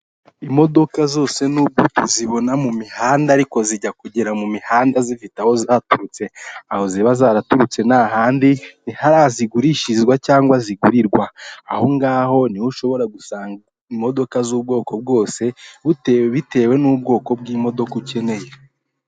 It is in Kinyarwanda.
Imodoka zose nibwo tuzibona mu mihanda, ariko zijya kugera mu mihanda zifite aho zaturutse. Aho ziba zaraturutse nta handi, ni hariya zigurishirizwa cyangwa zigurirwa. Ahongaho ni ho ushobora gusanga imodoka z'ubwoko bwose, bitewe n'ubwoko bw'imodoka ukeneye.